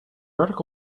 article